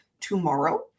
tomorrow